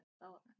development